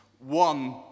One